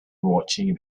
watching